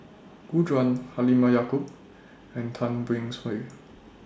Gu Juan Halimah Yacob and Tan Beng Swee